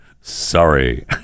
sorry